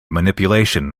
manipulation